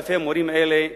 אלפי המורים האלה יום-יום,